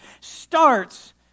starts